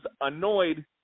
annoyed